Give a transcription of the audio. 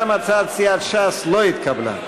גם הצעת סיעת ש"ס לא התקבלה.